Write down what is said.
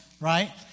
right